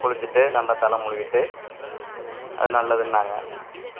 குளிச்சுட்டு நாங்கள் தலை முழுகிட்டு அது நல்லதுன்னாங்க